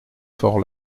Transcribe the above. fort